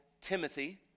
Timothy